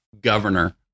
governor